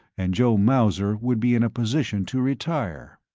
and joe mauser would be in a position to retire.